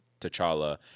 T'Challa